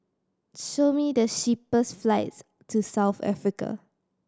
show me the flights to South Africa